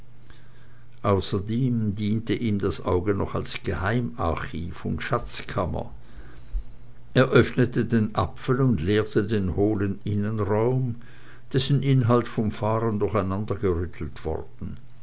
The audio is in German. außerdem diente ihm das auge noch als geheimarchiv und schatzkammer er öffnete den apfel und leerte den hohlen innenraum dessen inhalt vom fahren durcheinandergerüttelt worden